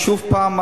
שוב פעם,